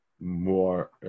more